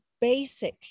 basic